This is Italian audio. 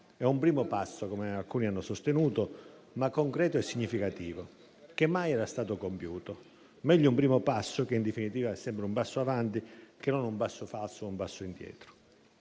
È un primo passo, come alcuni hanno sostenuto, ma concreto e significativo, che mai era stato compiuto. Meglio un primo passo, che in definitiva è sempre un passo in avanti, che un passo falso o un passo indietro.